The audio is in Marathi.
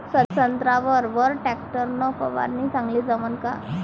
संत्र्यावर वर टॅक्टर न फवारनी चांगली जमन का?